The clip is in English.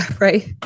right